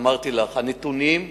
אמרתי לך: הנתונים,